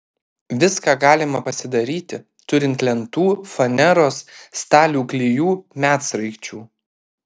viską galima pasidaryti turint lentų faneros stalių klijų medsraigčių